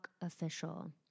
official